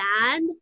bad